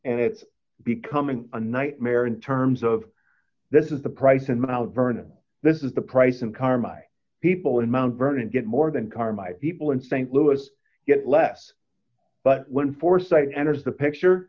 and it's becoming a nightmare in terms of this is the price in mount vernon this is the price and car my people in mount vernon get more than car my people in st louis get less but when foresight enters the picture